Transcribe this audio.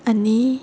आनी